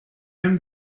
aime